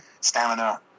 Stamina